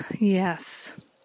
yes